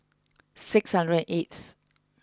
six hundred and eighth